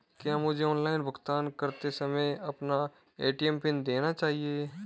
क्या मुझे ऑनलाइन भुगतान करते समय अपना ए.टी.एम पिन देना चाहिए?